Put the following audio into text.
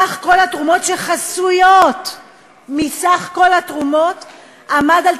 סך כל התרומות שחסויות מסך כל התרומות עמד על